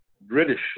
British